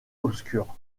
obscures